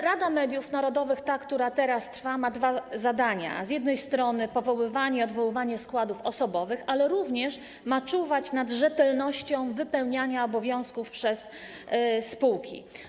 Rada Mediów Narodowych, ta, której kadencja teraz trwa, ma dwa zadania: z jednej strony powoływanie i odwoływanie składów osobowych, z drugiej - ma czuwać nad rzetelnością wypełniania obowiązków przez spółki.